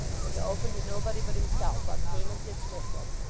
and to open to nobody but himself on pain of dismissal,